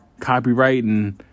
copyrighting